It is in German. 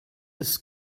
ist